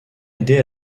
aidé